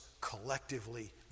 collectively